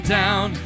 down